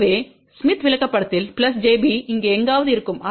எனவே ஸ்மித் விளக்கப்படத்தில் j b இங்கே எங்காவது இருக்கும்